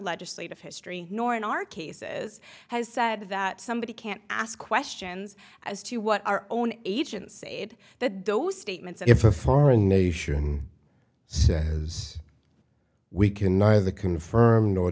legislative history nor in our cases has said that somebody can't ask questions as to what our own agents aid that those statements if a foreign nation says we can neither confirm